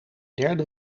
derde